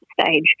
stage